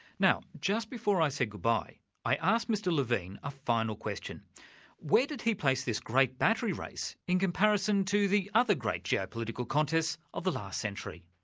now just before i said goodbye i asked mr levine a final question where did he place this great battery race in comparison to the other great geopolitical contests of the last century?